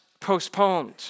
postponed